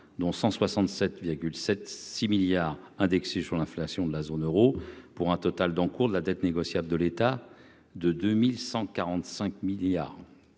dont 167 7 6 milliards indexée sur l'inflation de la zone Euro, pour un total d'encours de la dette négociable de l'État de 2145 milliards